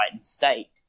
state